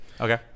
Okay